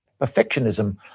perfectionism